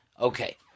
Okay